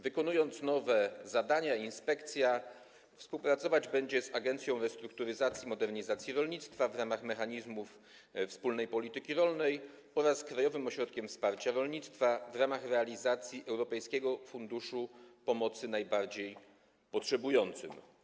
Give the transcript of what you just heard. Wykonując nowe zadania, inspekcja współpracować będzie z Agencją Restrukturyzacji i Modernizacji Rolnictwa w ramach mechanizmów wspólnej polityki rolnej oraz Krajowym Ośrodkiem Wsparcia Rolnictwa w ramach realizacji Europejskiego Funduszu Pomocy Najbardziej Potrzebującym.